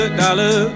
dollar